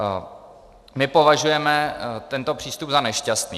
My považujeme tento přístup za nešťastný.